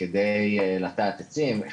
וכדי לטעת עצים,